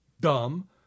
dumb